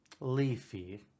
Leafy